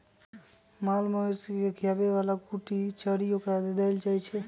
माल मवेशी के खीयाबे बला कुट्टी चरी ओकरा देल जाइ छै